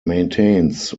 maintains